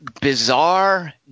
bizarre